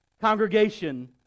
congregation